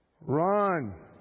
Run